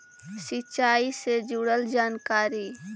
सिंचाई से जुड़ल जानकारी?